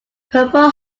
purple